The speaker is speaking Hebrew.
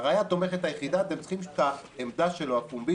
הראיה התומכת היחידה היא העמדה שלו הפומבית